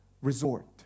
resort